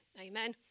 Amen